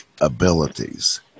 abilities